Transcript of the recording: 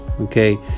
okay